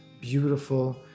beautiful